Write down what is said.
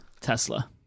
Tesla